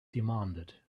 demanded